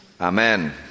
Amen